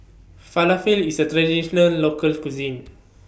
Falafel IS A Traditional Local Cuisine